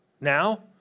Now